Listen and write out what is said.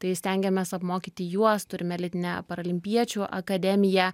tai stengiamės apmokyti juos turime elitinę paralimpiečių akademiją